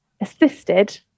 assisted